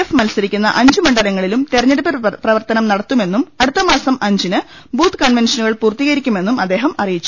F മത്സരിക്കുന്ന അഞ്ച് മണ്ഡലങ്ങളിലും തെര ഞ്ഞെടുപ്പ് പ്രവർത്തനം നടത്തുമെന്നും അടുത്തമാസം അഞ്ചിന് ബൂത്ത് കൺവെൻഷനുകൾ പൂർത്തീകരിക്കു മെന്നും അദ്ദേഹം അറിയിച്ചു